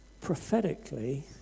prophetically